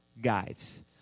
guides